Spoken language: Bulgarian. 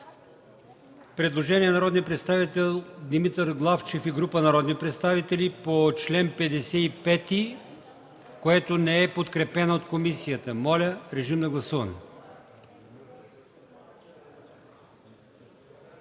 предложение на народния представител Димитър Главчев и група народни представители, което не е подкрепено от комисията. Моля, режим на гласуване.